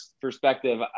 perspective